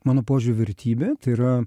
mano požiūriu vertybė tai yra